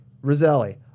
Roselli